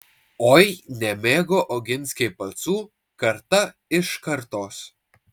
oi nemėgo oginskiai pacų karta iš kartos